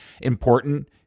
important